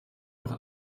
auch